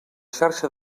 xarxa